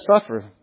suffer